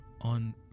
on